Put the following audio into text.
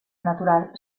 natural